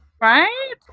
Right